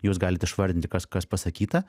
jūs galit išvardinti kas kas pasakyta